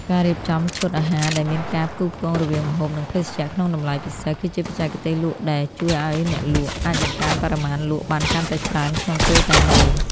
ការរៀបចំឈុតអាហារដែលមានការផ្គូរផ្គងរវាងម្ហូប និងភេសជ្ជៈក្នុងតម្លៃពិសេស គឺជាបច្ចេកទេសលក់ដែលជួយឱ្យអ្នកលក់អាចបង្កើនបរិមាណលក់បានកាន់តែច្រើនក្នុងពេលតែមួយ។